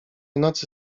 nocy